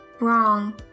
Wrong